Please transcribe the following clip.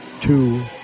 two